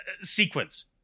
sequence